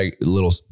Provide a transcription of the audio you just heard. little